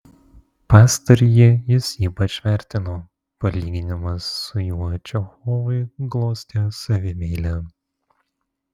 pastarąjį jis ypač vertino palyginimas su juo čechovui glostė savimeilę